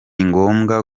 ngombwa